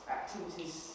activities